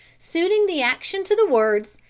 suiting the action to the words,